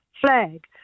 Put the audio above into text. flag